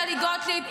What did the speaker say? טלי גוטליב.